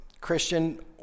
Christian